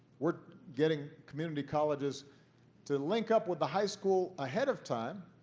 we're getting community colleges to link up with the high school ahead of time.